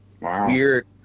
weird